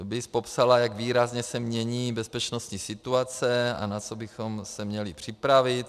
BIS popsala, jak výrazně se mění bezpečnostní situace a na co bychom se měli připravit.